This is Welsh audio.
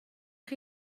chi